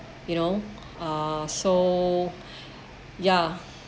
you know uh so ya